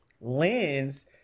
lens